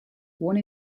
one